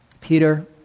Peter